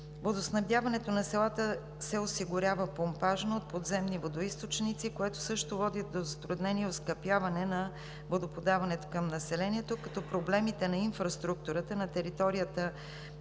Водоснабдяването на селата се осигурява помпажно от подземни водоизточници, което също води до затруднение и оскъпяване на водоподаването към населението. Проблемите на инфраструктурата на територията на